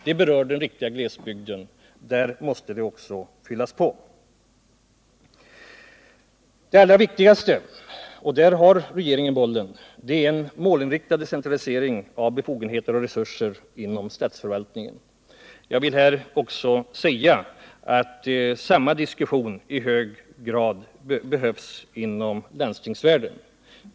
Detta berör den verkliga glesbygden, och därför måste det fyllas på. Det allra viktigaste — på detta område har regeringen bollen — är en målinriktad decentralisering av befogenheter och resurser inom statsförvaltningen. Samma diskussion behövs också inom landstingsvärlden.